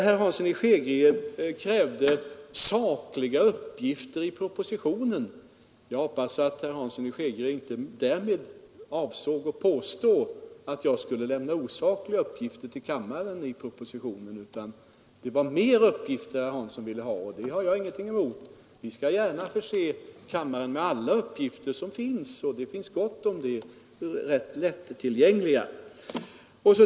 Herr Hansson i Skegrie krävde sakliga uppgifter i propositionen. Jag hoppas att herr Hansson inte därmed avsåg att påstå att jag skulle lämna osakliga uppgifter till kammaren i propositionen utan att det var mer uppgifter herr Hansson ville ha, och det har jag ingenting emot. Vi skall gärna förse kammaren med alla uppgifter som finns, det finns gott om uppgifter som är rätt lättillgängliga.